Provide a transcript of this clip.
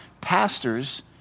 pastors